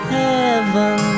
heaven